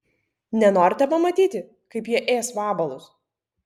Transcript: nenorite pamatyti kaip jie ės vabalus